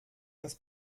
das